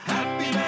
Happy